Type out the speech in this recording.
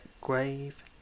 grave